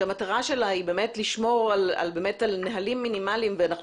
שהמטרה שלה היא באמת לשמור על נוהלים מינימליים ואנחנו